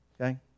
okay